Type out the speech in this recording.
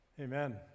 Amen